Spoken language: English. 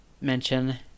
mention